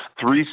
three